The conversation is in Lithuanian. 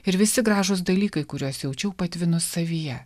ir visi gražūs dalykai kuriuos jaučiau patvinus savyje